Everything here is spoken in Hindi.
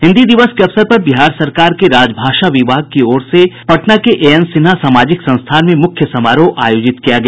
हिन्दी दिवस के अवसर पर बिहार सरकार के राजभाषा विभाग की ओर से पटना के एएन सिन्हा सामाजिक संस्थान में मुख्य समारोह आयोजित किया गया